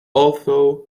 although